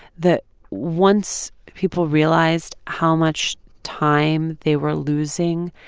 that once people realized how much time they were losing,